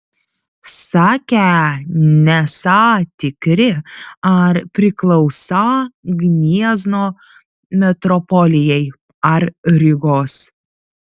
sakę nesą tikri ar priklausą gniezno metropolijai ar rygos